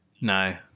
No